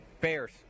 Bears